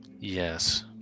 Yes